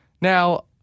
Now